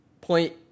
point